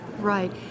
Right